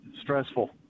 stressful